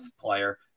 player